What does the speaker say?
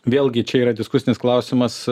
vėlgi čia yra diskusinis klausimas